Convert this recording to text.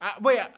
Wait